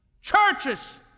Churches